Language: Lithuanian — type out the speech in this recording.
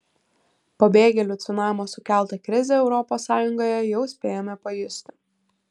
pabėgėlių cunamio sukeltą krizę europos sąjungoje jau spėjome pajusti